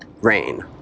rain